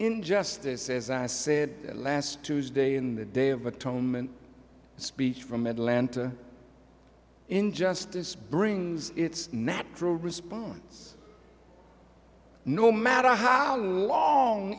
in justice as i said last tuesday and the day of atonement speech from atlanta in justice brings its natural response no matter how long